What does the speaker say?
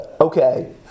Okay